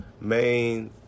main